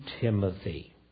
Timothy